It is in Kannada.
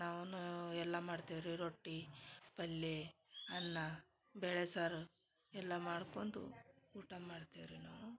ನಾವುನೂ ಎಲ್ಲ ಮಾಡ್ತೇವಿ ರೀ ರೊಟ್ಟಿ ಪಲ್ಯೆ ಅನ್ನ ಬೇಳೆ ಸಾರು ಎಲ್ಲ ಮಾಡ್ಕೊಂಡು ಊಟ ಮಾಡ್ತೇವಿ ರೀ ನಾವು